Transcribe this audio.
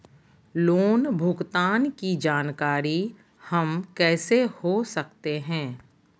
Loan भुगतान की जानकारी हम कैसे हो सकते हैं?